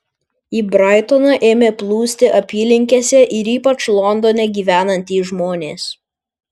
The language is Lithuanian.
į braitoną ėmė plūsti apylinkėse ir ypač londone gyvenantys žmonės